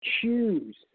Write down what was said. choose